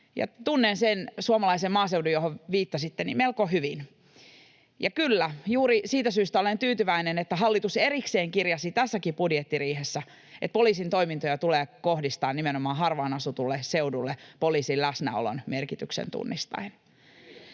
tunnen sen suomalaisen maaseudun, johon viittasitte, melko hyvin. Ja kyllä, juuri siitä syystä olen tyytyväinen, että hallitus erikseen kirjasi tässäkin budjettiriihessä, että poliisin toimintoja tulee kohdistaa nimenomaan harvaan asutulle seudulle poliisin läsnäolon merkityksen tunnistaen,